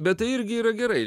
bet tai irgi yra gerai